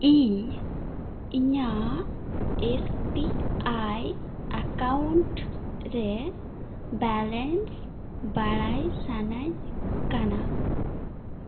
ᱤᱧ ᱤᱧᱟᱹᱜ S B I account ᱨᱮ ᱵᱮᱞᱮᱱᱥ ᱵᱟᱲᱟᱭ ᱥᱟᱱᱟᱹᱧ ᱠᱟᱱᱟ